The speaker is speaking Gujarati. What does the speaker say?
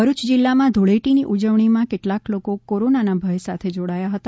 ભરૂચ જિલ્લામાં ધૂળેટીની ઉજવણીમાં કેટલાક લોકો કોરોનાના ભય સાથે જોડાયા હતા